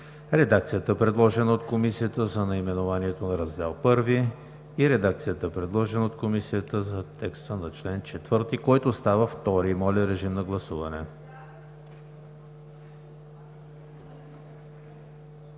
редакцията, предложена от Комисията за наименованието на Раздел I; и редакцията, предложена от Комисията за текста на чл. 4, който става чл. 2. Гласували